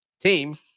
team